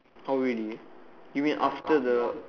oh really you mean after the